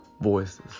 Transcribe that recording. voices